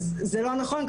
אז זה לא נכון,